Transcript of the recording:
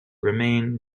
remain